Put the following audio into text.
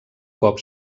cop